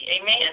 Amen